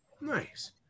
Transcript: Nice